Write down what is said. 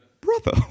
brother